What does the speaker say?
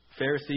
Pharisee